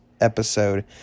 episode